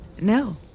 No